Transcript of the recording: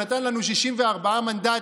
שנתן לנו 64 מנדטים,